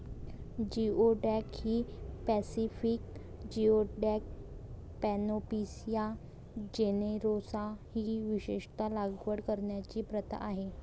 geoduck ही Pacific geoduck, Panopea generosa ही विशेषत लागवड करण्याची प्रथा आहे